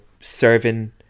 serving